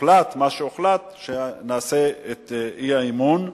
הוחלט מה שהוחלט, שנציג את האי-אמון.